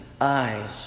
eyes